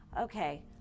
okay